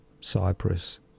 Cyprus